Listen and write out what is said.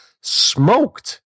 smoked